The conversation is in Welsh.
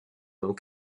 mewn